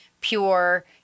pure